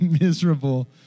miserable